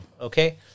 Okay